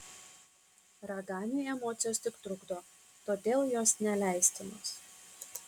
raganiui emocijos tik trukdo todėl jos neleistinos